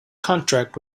contract